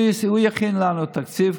הוא יכין לנו תקציב,